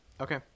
okay